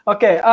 Okay